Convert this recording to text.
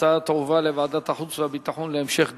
ההצעה תועבר לוועדת החוץ והביטחון להמשך דיון.